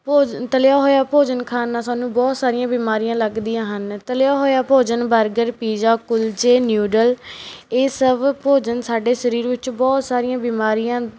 ਭੋਜਨ ਤਲਿਆ ਹੋਇਆ ਭੋਜਨ ਖਾਣ ਨਾਲ ਸਾਨੂੰ ਬਹੁਤ ਸਾਰੀਆਂ ਬਿਮਾਰੀਆਂ ਲੱਗਦੀਆਂ ਹਨ ਤਲਿਆ ਹੋਇਆ ਭੋਜਨ ਬਰਗਰ ਪੀਜਾ ਕੁਲਚੇ ਨਿਊਡਲ ਇਹ ਸਭ ਭੋਜਨ ਸਾਡੇ ਸਰੀਰ ਵਿੱਚ ਬਹੁਤ ਸਾਰੀਆਂ ਬਿਮਾਰੀਆਂ